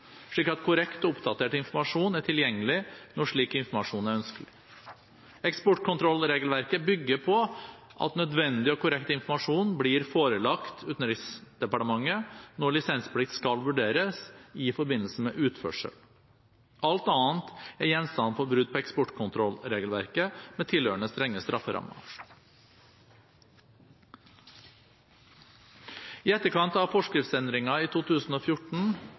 slik at korrekt og oppdatert informasjon er tilgjengelig når slik informasjon er ønskelig. Eksportkontrollregelverket bygger på at nødvendig og korrekt informasjon blir forelagt Utenriksdepartementet når lisensplikt skal vurderes i forbindelse med utførsel. Alt annet er gjenstand for brudd på eksportkontrollregelverket med tilhørende strenge strafferammer. I etterkant av forskriftsendringen i 2014